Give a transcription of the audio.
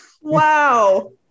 Wow